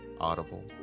Audible